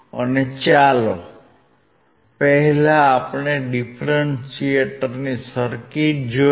અને ચાલો પહેલા ડીફરન્શીએટરની સર્કિટ જોઈએ